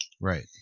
Right